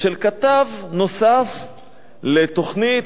של כתב נוסף לתוכנית,